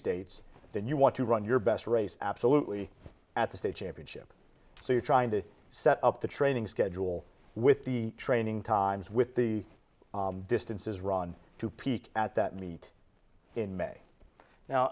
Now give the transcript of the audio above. states then you want to run your best race absolutely at the state championship so you're trying to set up the training schedule with the training times with the distances run to peak at that meet in may now